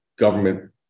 government